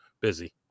busy